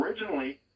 originally